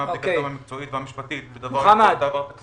בדיקתם המקצועית והמשפטית בדבר יכולת העברת הסכומים --- מוחמד,